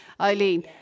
Eileen